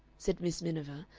said miss miniver,